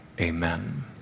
Amen